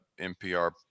NPR